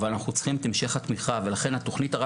אבל אין ספק שלנו יכול להיות מקום בתוך הדברים האלה,